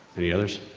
any others?